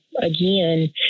again